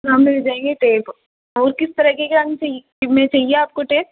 हाँ मिल जाएंगे टेप और किस तरीके का चाहिए आपको टेप